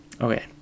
Okay